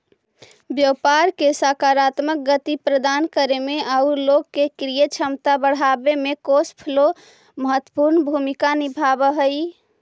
व्यापार के सकारात्मक गति प्रदान करे में आउ लोग के क्रय क्षमता बढ़ावे में कैश फ्लो महत्वपूर्ण भूमिका निभावऽ हई